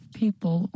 people